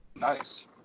Nice